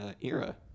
era